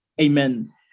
Amen